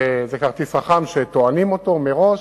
זה כרטיס חכם שטוענים אותו מראש,